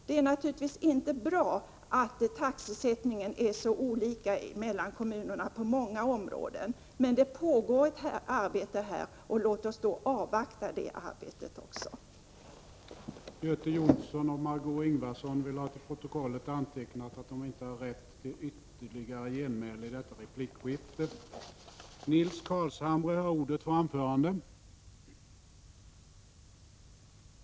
Det är naturligtvis inte bra att taxesättningen på många områden är så olika kommunerna emellan, men det pågår ett arbete och låt oss avvakta resultatet av det arbetet.